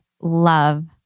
love